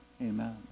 amen